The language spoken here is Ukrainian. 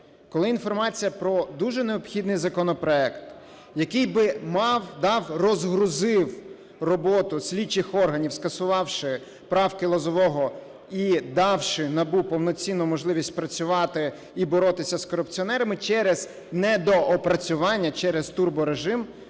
дуже необхідний про дуже необхідний законопроект, який би мав, дав, розгрузив роботу слідчих органів, скасувавши правки Лозового і давши НАБУ повноцінну можливість працювати, і боротися з корупціонерами, через недоопрацювання, через турборежим